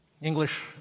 English